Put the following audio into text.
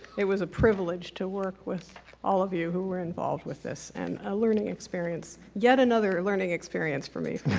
it was a privilege to work with all of you who were involved with this and a learning experience yet another learning experience for me